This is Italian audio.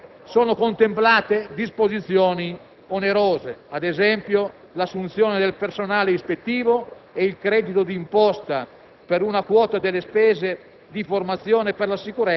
poiché nei successivi articoli sono contemplate disposizioni onerose, ad esempio l'assunzione del personale ispettivo ed il credito d'imposta